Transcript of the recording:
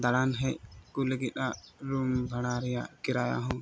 ᱫᱟᱬᱟᱱ ᱦᱮᱡ ᱠᱚ ᱞᱟᱹᱜᱤᱫᱟᱜ ᱨᱩᱢ ᱵᱷᱟᱲᱟ ᱨᱮᱭᱟᱜ ᱠᱮᱨᱟ ᱦᱚᱸ